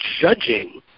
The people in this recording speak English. judging